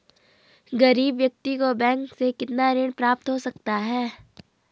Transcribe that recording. गरीब व्यक्ति को बैंक से कितना ऋण प्राप्त हो सकता है?